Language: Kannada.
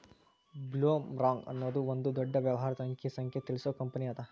ಬ್ಲೊಮ್ರಾಂಗ್ ಅನ್ನೊದು ಒಂದ ದೊಡ್ಡ ವ್ಯವಹಾರದ ಅಂಕಿ ಸಂಖ್ಯೆ ತಿಳಿಸು ಕಂಪನಿಅದ